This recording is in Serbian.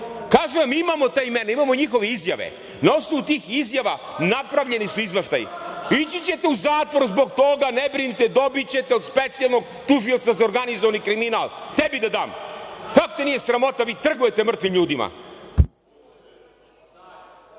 ideja? Kažem vam imamo ta imena imamo njihove izjave na osnovu tih izjava napravljeni su izveštaji ići ćete u zatvor zbog toga ne brinite dobićete od specijalnog tužioca za organizovani kriminal, tebi da dam, kako te nije sramota vi trgujete mrtvim ljudima.